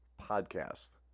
podcast